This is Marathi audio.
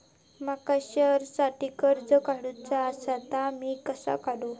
माका शेअरसाठी कर्ज काढूचा असा ता मी कसा काढू?